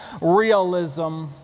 realism